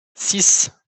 six